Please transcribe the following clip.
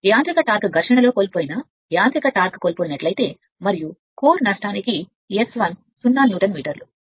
యాంత్రిక టార్క్ ఘర్షణలో కోల్పోయిన యాంత్రిక టార్క్ను కోల్పోయినట్లయితే మరియు కోర్ నష్టానికి S10 న్యూటన్ మీటర్లు